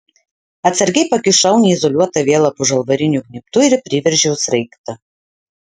atsargiai pakišau neizoliuotą vielą po žalvariniu gnybtu ir priveržiau sraigtą